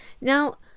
Now